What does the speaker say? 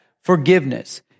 forgiveness